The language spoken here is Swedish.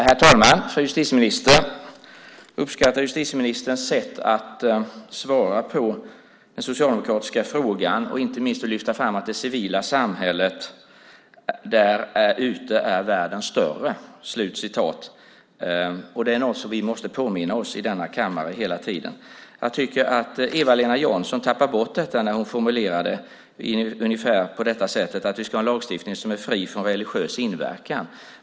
Herr talman! Fru justitieminister! Jag uppskattar justitieministerns sätt att svara på den socialdemokratiska frågan och inte minst att hon lyfter fram att världen är större ute i det civila samhället. Det är något som vi hela tiden måste påminna oss om i denna kammare. Jag tycker att Eva-Lena Jansson tappar bort detta när hon formulerade det ungefär så att vi ska ha en lagstiftning som är fri från religiös inverkan.